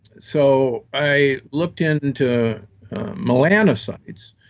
so i looked into melanocytes,